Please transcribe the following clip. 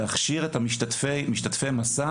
להכשיר את משתתפי מסע,